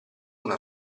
una